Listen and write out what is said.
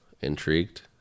Intrigued